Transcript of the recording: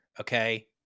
Okay